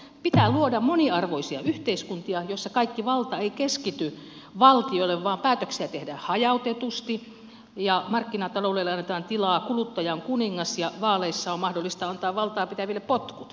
pitää luoda moniarvoisia yhteiskuntia joissa kaikki valta ei keskity valtiolle vaan päätöksiä tehdään hajautetusti ja markkinataloudelle annetaan tilaa kuluttaja on kuningas ja vaaleissa on mahdollista antaa valtaapitäville potkut